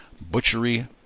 butchery